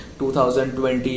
2020